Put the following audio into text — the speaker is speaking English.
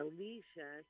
Alicia